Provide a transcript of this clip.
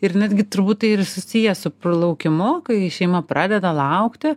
ir netgi turbūt tai ir susiję su laukimu kai šeima pradeda laukti